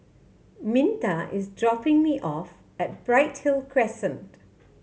Minta is dropping me off at Bright Hill Crescent